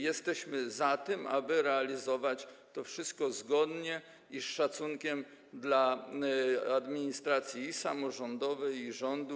Jesteśmy za tym, aby realizować to wszystko zgodnie i z szacunkiem dla administracji samorządowej i rządu,